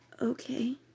Okay